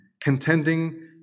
contending